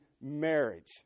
marriage